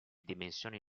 dimensioni